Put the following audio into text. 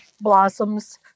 blossoms